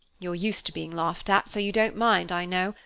you're used to being laughed at, so you don't mind, i know,